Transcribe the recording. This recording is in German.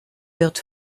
wird